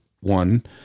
One